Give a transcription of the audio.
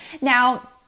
Now